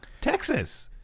Texas